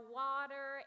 water